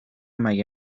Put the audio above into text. مگه